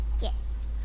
Yes